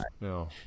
no